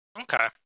Okay